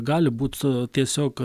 gali būt ee tiesiog